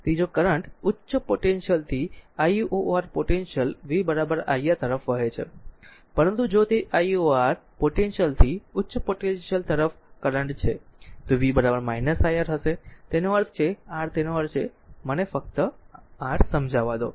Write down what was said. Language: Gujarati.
તેથી જો કરંટ ઉચ્ચ પોટેન્શિયલથી lor પોટેન્શિયલ v iR તરફ વહે છે પરંતુ જો તે lor પોટેન્શિયલ થી ઉચ્ચ પોટેન્શિયલ તરફ કરંટ છે તો v iR હશે તેનો અર્થ છે r તેનો અર્થ છે મને ફક્ત r સમજવા દો